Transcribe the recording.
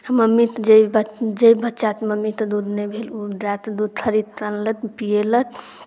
mummy जे जे बच्चा मम्मीते दूध नहि भेल ओ दाएते दूध खरीद तऽ अनलथि पिएलथि